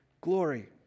glory